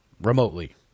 remotely